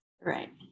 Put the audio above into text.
Right